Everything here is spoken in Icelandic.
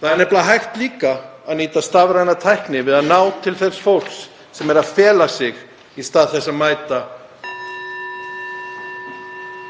Það er nefnilega líka hægt að nýta stafræna tækni við að ná til þess fólks sem er að fela sig í stað þess að mæta